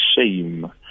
shame